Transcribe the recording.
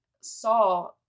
saw